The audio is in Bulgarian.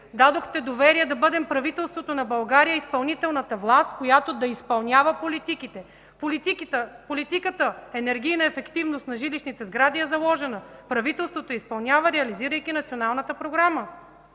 дадохте доверие да бъдем правителството на България, изпълнителната власт, която да изпълнява политиките?! Политиката за енергийна ефективност на жилищните сгради е заложена, правителството я изпълнява, реализирайки Националната програма.